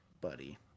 buddy